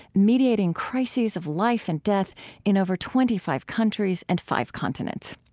mediating crises of life and death in over twenty five countries and five continents.